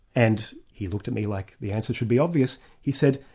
and he looked at me like the answer should be obvious. he said,